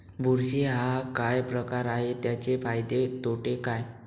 बुरशी हा काय प्रकार आहे, त्याचे फायदे तोटे काय?